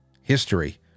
history